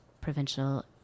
Provincial